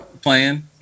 playing